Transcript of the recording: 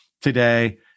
today